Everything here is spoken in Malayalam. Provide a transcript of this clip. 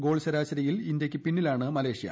ഗോൾ ശരാശരിയിൽ ഇന്ത്യയ്ക്ക് പിന്നിലാണ് മലേഷ്യ